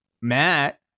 Matt